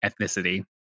ethnicity